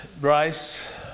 Bryce